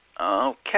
Okay